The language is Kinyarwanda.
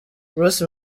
bruce